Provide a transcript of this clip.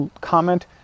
comment